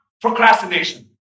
procrastination